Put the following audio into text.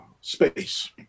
space